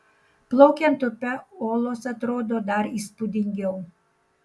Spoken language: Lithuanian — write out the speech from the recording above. plaukiant upe olos atrodo dar įspūdingiau